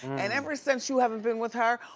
and ever since you haven't been with her,